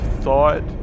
thought